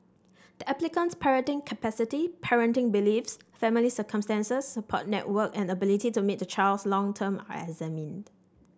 the applicant's parenting capacity parenting beliefs family circumstances support network and ability to meet the child's long term are examined